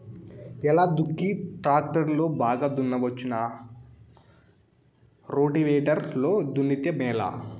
ఎలా దుక్కి టాక్టర్ లో బాగా దున్నవచ్చునా రోటివేటర్ లో దున్నితే మేలా?